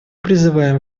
призываем